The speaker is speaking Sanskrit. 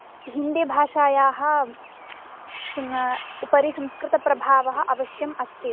हिन्दीभाषायाः उपरि संस्कृतप्रभावः अवश्यम् अस्ति एव